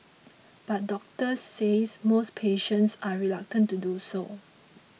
but doctors say most patients are reluctant to do so